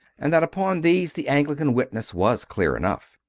and that upon these the anglican witness was clear enough.